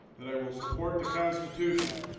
that i will support the constitution